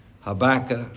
Habakkuk